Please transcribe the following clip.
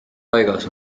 paigas